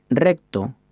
Recto